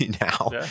now